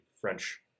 French